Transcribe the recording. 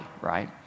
right